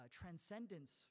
transcendence